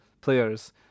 players